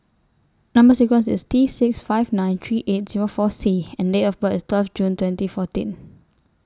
Number sequence IS T six five nine three eight Zero four C and Date of birth IS twelve June twenty fourteen